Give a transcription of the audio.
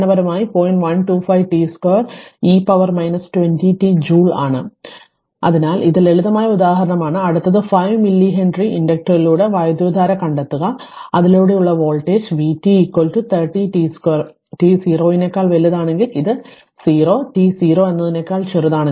125 t 2 e പവറിന് 20 t joule ആണ് അതിനാൽ ഇത് ലളിതമായ ഉദാഹരണമാണ് അടുത്തത് 5 മില്ലി ഹെൻറി ഇൻഡക്റ്ററിലൂടെ വൈദ്യുതധാര കണ്ടെത്തുക അതിലൂടെയുള്ള വോൾട്ടേജ് vt 30 t 2 t 0 നേക്കാൾ വലുതാണെങ്കിൽ ഇത് 0 t 0 എന്നതിനേക്കാൾ ചെറുതാണെങ്കിൽ